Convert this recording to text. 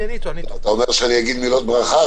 אתה אומר שאני אגיד מילות ברכה,